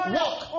walk